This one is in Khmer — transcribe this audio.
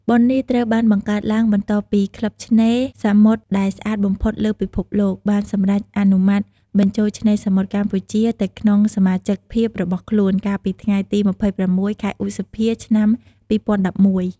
បុណ្យនេះត្រូវបានបង្កើតឡើងបន្ទាប់ពីក្លឹបឆ្នេរសមុទ្រដែលស្អាតបំផុតលើពិភពលោក បានសម្រេចអនុម័តបញ្ចូលឆ្នេរសមុទ្រកម្ពុជាទៅក្នុងសមាជិកភាពរបស់ខ្លួន កាលពីថ្ងៃទី២៦ ខែឧសភា ឆ្នាំ២០១១។